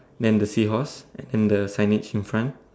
then the seahorse then the signage in front